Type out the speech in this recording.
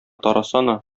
тарасана